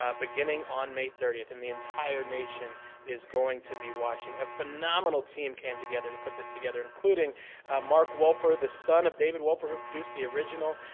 ah beginning on may thirtieth. and the entire nation is going to be watching. a phenomenal team came together to put this together, including mark wolper, the son of david wolper, who produced the original,